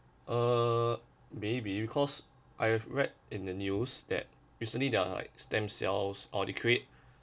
err maybe because I've read in the news that recently there are like stem cells or create